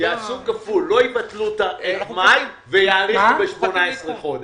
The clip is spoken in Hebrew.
יעשו כפול, לא יבטלו את מאי ויאריכו ב-18 חודש.